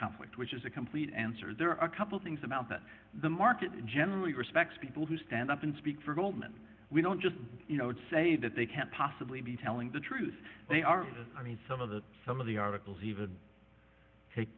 conflict which is a complete answer there are a couple things about that the market generally respects people who stand up and speak for goldman we don't just say that they can't possibly be telling the truth they are i mean some of the some of the articles even t